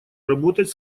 работать